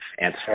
answer